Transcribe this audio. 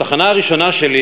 התחנה הראשונה שלי